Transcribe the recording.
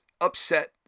upset